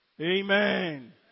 Amen